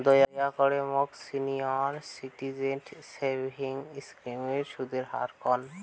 দয়া করে মোক সিনিয়র সিটিজেন সেভিংস স্কিমের সুদের হার কন